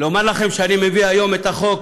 לומר לכם שאני מביא היום את החוק